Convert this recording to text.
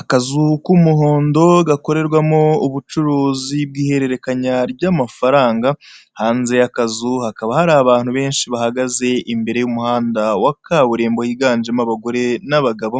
Akazu k'umuhondo gakorerwamo ubucuruzi bw'ihererekanya ry'amafaranga. Hanze y'akazu hakaba hari abantu benshi bahagaze imbere y'umuhanda wa kaburimbo yiganjemo abagore n'abagabo,